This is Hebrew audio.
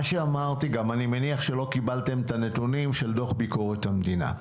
מה שאמרתי שאני מניח גם שלא קיבלתם את הנתונים של דוח ביקורת המדינה.